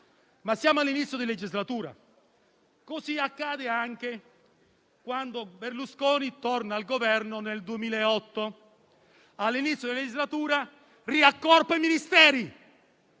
ma siamo all'inizio della legislatura. Così accade anche quando Berlusconi torna al governo nel 2008. All'inizio della legislatura riaccorpa i Ministeri,